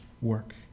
work